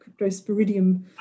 cryptosporidium